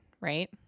right